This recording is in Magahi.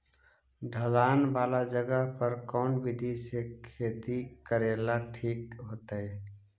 ढलान वाला जगह पर कौन विधी से खेती करेला ठिक होतइ?